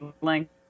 length